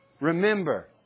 Remember